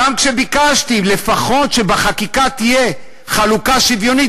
גם כשביקשתי לפחות שבחקיקה תהיה חלוקה שוויונית,